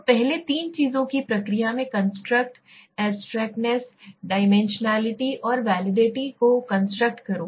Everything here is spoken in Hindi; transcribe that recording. तो पहले तीन चीजों की प्रक्रिया में कंस्ट्रक्ट एब्स्ट्रेक्टनेसडाइमेंशनलिटी और वैलिडिटी को कंस्ट्रक्ट करो